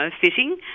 fitting